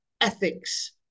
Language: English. Ethics